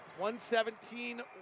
117